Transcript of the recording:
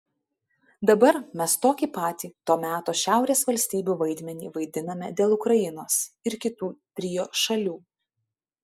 dabar mes tokį patį to meto šiaurės valstybių vaidmenį vaidiname dėl ukrainos ir kitų trio šalių